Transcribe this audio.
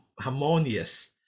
harmonious